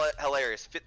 hilarious